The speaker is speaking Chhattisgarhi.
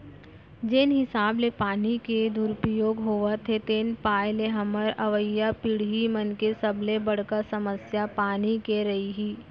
जेन हिसाब ले पानी के दुरउपयोग होवत हे तेन पाय ले हमर अवईया पीड़ही मन के सबले बड़का समस्या पानी के रइही